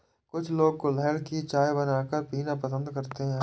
कुछ लोग गुलहड़ की चाय बनाकर पीना पसंद करते है